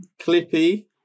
Clippy